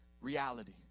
reality